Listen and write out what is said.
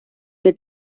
que